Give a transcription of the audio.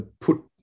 put